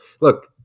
look